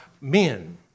men